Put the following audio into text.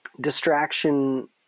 distraction